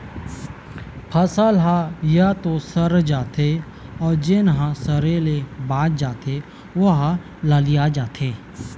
फसल ह य तो सर जाथे अउ जेन ह सरे ले बाच जाथे ओ ह ललिया जाथे